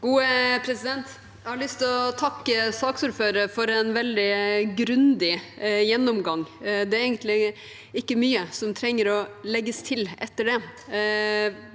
har lyst til å takke saksordføreren for en veldig grundig gjennomgang. Det er egentlig ikke mye som trengs å legges til etter det.